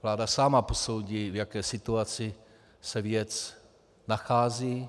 Vláda sama posoudí, v jaké situaci se věc nachází.